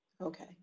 Okay